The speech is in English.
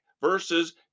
versus